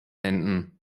enden